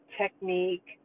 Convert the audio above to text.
technique